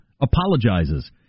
apologizes